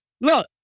look